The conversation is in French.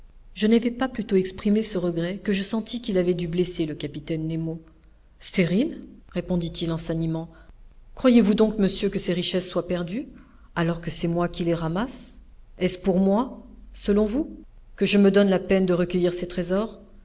je n'avais pas plutôt exprimé ce regret que je sentis qu'il avait dû blesser le capitaine nemo stériles répondit-il en s'animant croyez-vous donc monsieur que ces richesses soient perdues alors que c'est moi qui les ramasse est-ce pour moi selon vous que je me donne la peine de recueillir ces trésors